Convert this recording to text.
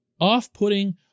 off-putting